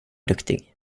duktig